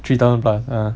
three thousand plus uh